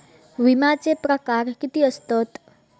विमाचे प्रकार किती असतत?